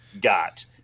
got